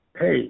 hey